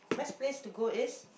best place to go is